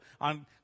On